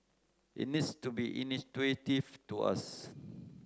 it needs to be intuitive to us